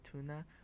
tuna